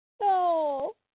No